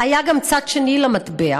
היה גם צד שני למטבע.